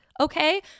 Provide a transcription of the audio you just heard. okay